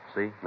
See